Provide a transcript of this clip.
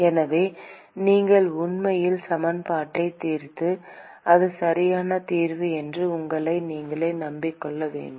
எனவே நீங்கள் உண்மையில் சமன்பாட்டைத் தீர்த்து இது சரியான தீர்வு என்று உங்களை நீங்களே நம்பிக் கொள்ள வேண்டும்